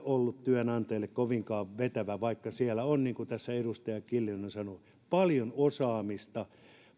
ollut työnantajalle kovinkaan vetävä vaikka siellä on niin kuin tässä edustaja kiljunen on sanonut paljon osaamista